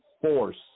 force